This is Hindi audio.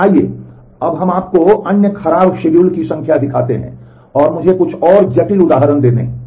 तो आइए हम आपको अन्य खराब शेड्यूल की संख्या दिखाते हैं और मुझे कुछ और जटिल उदाहरण देते हैं